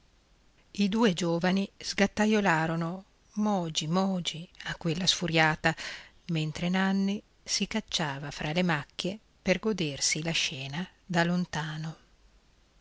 i due giovani sgattaiolarono mogi mogi a quella sfuriata mentre nanni si cacciava fra le macchie per godersi la scena da lontano